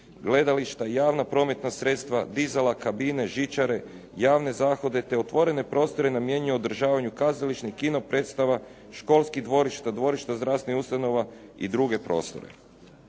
gledališta, javna prometna sredstva, dizala, kabine, žičare, javne zahode te otvorene prostore namijenjenih održavanju kazališnih, kino-predstava, školskih dvorišta, dvorišta zdravstvenih ustanova i druge prostore.